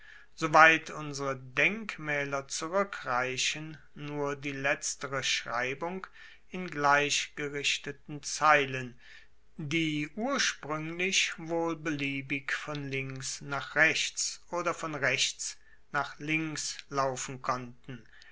soweit unsere denkmaeler zurueckreichen nur die letztere schreibung in gleichgerichteten zeilen die urspruenglich wohl beliebig von links nach rechts oder von rechts nach links laufen konnten